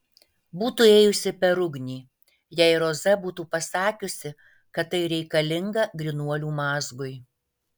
būtų ėjusi per ugnį jei roza būtų pasakiusi kad tai reikalinga grynuolių mazgui